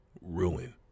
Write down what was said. Ruin